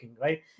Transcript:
right